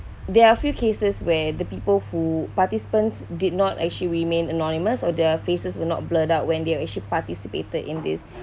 there are few cases where the people who participants did not actually remain anonymous or their faces were not blurred out when they are actually participated in this